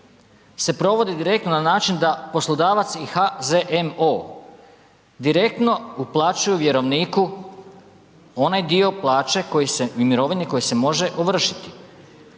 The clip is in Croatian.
se provede direktno na način da poslodavac i HZMO direktno uplaćuju vjerovniku onaj dio plaće koji se, i mirovine koji se može ovršiti.